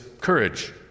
courage